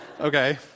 Okay